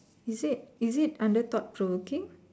is it is it under thought provoking